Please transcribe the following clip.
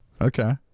Okay